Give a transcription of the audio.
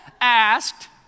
asked